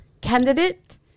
candidate